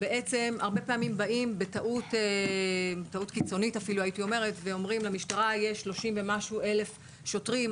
הרבה פעמים באים ובטעות אומרים למשטרה: אם יש 30 ומשהו אלף שוטרים,